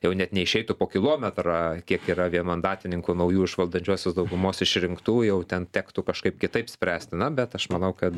jau net neišeitų po kilometrą kiek yra vienmandatininkų naujų iš valdančiosios daugumos išrinktų jau ten tektų kažkaip kitaip spręsti na bet aš manau kad